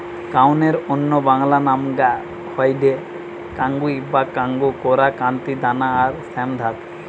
কাউনের অন্য বাংলা নামগা হয়ঠে কাঙ্গুই বা কাঙ্গু, কোরা, কান্তি, দানা আর শ্যামধাত